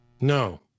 No